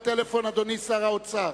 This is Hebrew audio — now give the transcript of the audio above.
68 נגד, ארבעה בעד.